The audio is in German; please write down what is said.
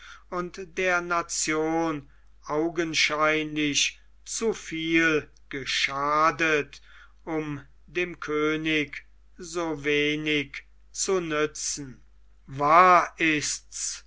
und der nation augenscheinlich zu viel geschadet um dem könig so wenig zu nützen wahr ist's